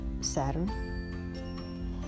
Saturn